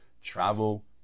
travel